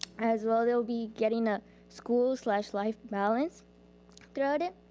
as well they'll be getting a school slash life balance throughout it.